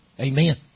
Amen